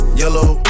yellow